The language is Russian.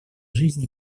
жизни